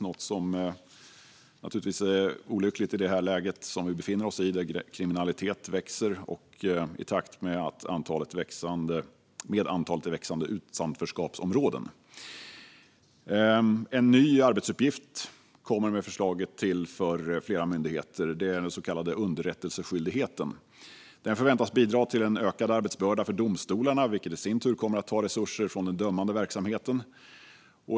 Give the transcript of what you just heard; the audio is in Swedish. Detta är naturligtvis olyckligt i det läge som vi befinner oss i, med en kriminalitet som växer i takt med det ökande antalet utanförskapsområden. Med förslaget tillkommer en ny arbetsuppgift för flera myndigheter; det handlar om den så kallade underrättelseskyldigheten. Detta förväntas bidra till en ökad arbetsbörda för domstolarna, vilket i sin tur kommer att ta resurser från den dömande verksamheten.